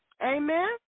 Amen